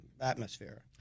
atmosphere